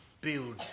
build